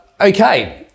Okay